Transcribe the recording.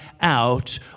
out